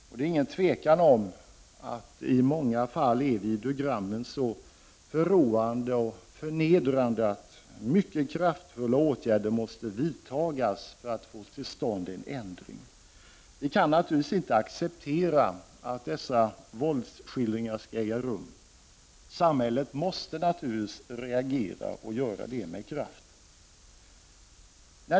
Och det råder inget tvivel om att videogrammen i många fall är så förråande och förnedrande att mycket kraftfulla åtgärder måste vidtagas för att man skall få till stånd en ändring. Vi kan inte acceptera att dessa våldsskildringar skall äga rum. Samhället måste reagera med kraft.